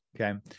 okay